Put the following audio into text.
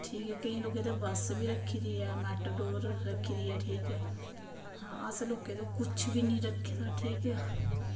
ठीक ऐ केंई लोकें ते बस बी रक्खी दी ऐ मैटाडोर रक्खी दी ऐ ठाक ऐ अस लोकें ते कु बी नी रक्खे दा ठीक ऐ